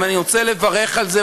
אני רוצה לברך על זה,